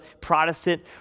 Protestant